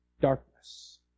darkness